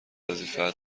وظیفه